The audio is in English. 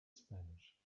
spanish